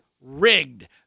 rigged